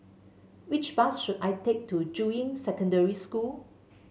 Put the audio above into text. which bus should I take to Juying Secondary School